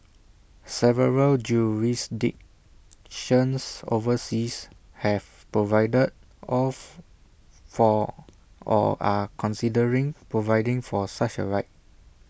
several jurisdictions overseas have provided of for or are considering providing for such A right